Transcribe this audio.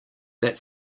that